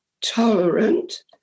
tolerant